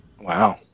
Wow